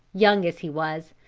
young as he was,